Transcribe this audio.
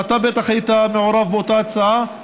שגם אתה בטח היית מעורב באותה הצעה,